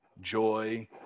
joy